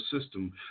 system